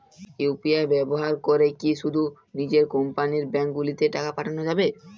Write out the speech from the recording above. UPI ব্যবহার করে কি শুধু নিজের কোম্পানীর ব্যাংকগুলিতেই টাকা পাঠানো যাবে?